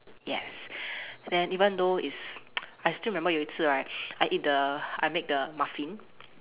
yes then even though it's I still remember 有一次：you yi ci right I eat the I make the muffin